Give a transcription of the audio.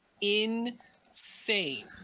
insane